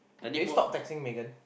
can you stop texting Megan